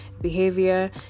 behavior